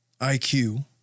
IQ